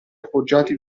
appoggiati